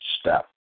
step